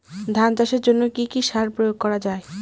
ধান চাষের জন্য কি কি সার প্রয়োগ করা য়ায়?